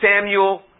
Samuel